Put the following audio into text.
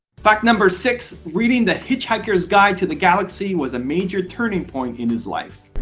fact number six. reading the hitchhiker's guide to the galaxy was a major turning point in his life.